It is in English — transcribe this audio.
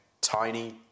tiny